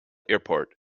airport